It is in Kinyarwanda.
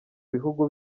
bihugu